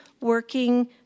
working